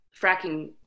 fracking